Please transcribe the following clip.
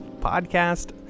Podcast